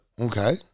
Okay